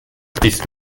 bis